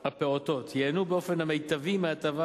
הפעוטות ייהנו באופן המיטבי מההטבה,